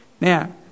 Now